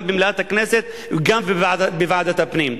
גם במליאת הכנסת וגם בוועדת הפנים.